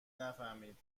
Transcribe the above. نفهمید